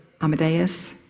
Amadeus